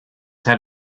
had